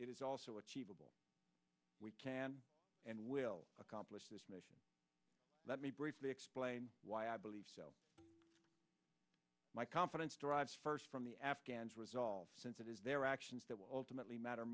it is also achievable we can and will accomplish this mission let me briefly explain why i believe my confidence derives first from the afghans resolve since it is their actions that will ultimately matter